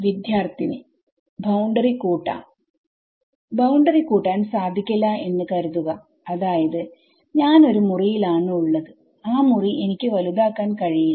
വിദ്യാർത്ഥി ബൌണ്ടറി കൂട്ടാം ബൌണ്ടറി കൂട്ടാൻ സാധിക്കില്ല എന്ന് കരുതുകഅതായത് ഞാനൊരു മുറിയിൽ ആണ് ഉള്ളത് ആ മുറി എനിക്ക് വലുതാക്കാൻ കഴിയില്ല